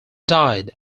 died